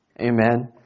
Amen